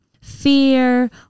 fear